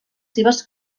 seves